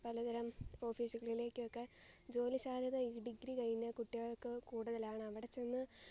പലതരം ഓഫീസുകളിലേക്കൊക്കെ ജോലിസാദ്ധ്യത ഈ ഡിഗ്രി കഴിഞ്ഞ കുട്ടികൾക്കു കൂടുതലാണ് അവിടെ ചെന്ന്